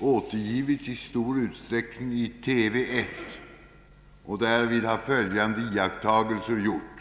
återgivits i stor utsträckning i TV 1, och därvid har följande iakttagelser gjorts.